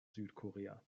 südkorea